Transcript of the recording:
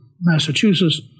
Massachusetts